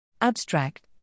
Abstract